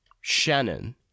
Shannon